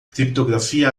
criptografia